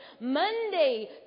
Monday